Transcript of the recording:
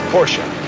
Porsche